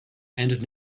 and